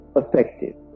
effective